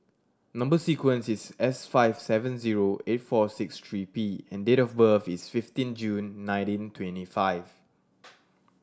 number sequence is S five seven zero eight four six three P and date of birth is fifteen June nineteen twenty five